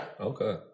Okay